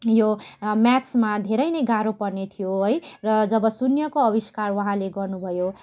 यो म्याथमा धेरै नै गाह्रो पर्ने थियो है र जब शून्यको आविष्कार उहाँले गर्नुभयो